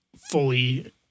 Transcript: fully